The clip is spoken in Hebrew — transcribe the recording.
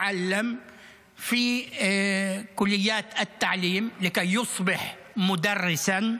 שלומד במכללות להוראה כדי להפוך להיות מורה,